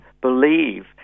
believe